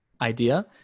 idea